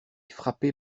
frappé